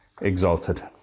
exalted